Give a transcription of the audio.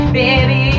baby